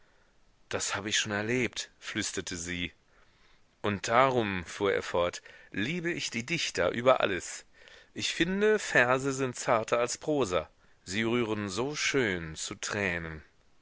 das hab ich schon erlebt flüsterte sie und darum fuhr er fort liebe ich die dichter über alles ich finde verse sind zarter als prosa sie rühren so schön zu tränen